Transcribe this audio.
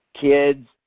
Kids